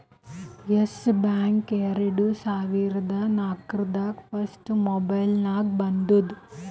S bank ಎರಡು ಸಾವಿರದಾ ನಾಕ್ರಾಗ್ ಫಸ್ಟ್ ಮುಂಬೈನಾಗ ಬಂದೂದ